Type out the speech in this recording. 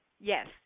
Yes